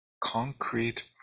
concrete